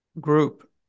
group